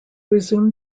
resumed